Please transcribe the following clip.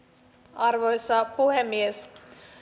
arvoisa puhemies